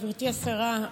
גברתי השרה,